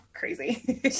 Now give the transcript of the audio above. Crazy